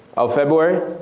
of february?